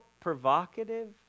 provocative